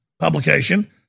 publication